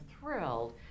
thrilled